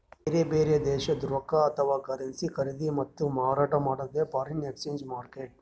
ಬ್ಯಾರೆ ಬ್ಯಾರೆ ದೇಶದ್ದ್ ರೊಕ್ಕಾ ಅಥವಾ ಕರೆನ್ಸಿ ಖರೀದಿ ಮತ್ತ್ ಮಾರಾಟ್ ಮಾಡದೇ ಫಾರೆನ್ ಎಕ್ಸ್ಚೇಂಜ್ ಮಾರ್ಕೆಟ್